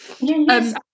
yes